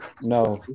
No